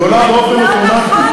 לא נכון.